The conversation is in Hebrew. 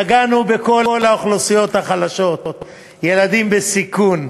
נגענו בכל האוכלוסיות החלשות: ילדים בסיכון,